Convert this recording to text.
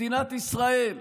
מדינת ישראל,